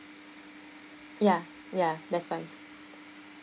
ya ya that's fine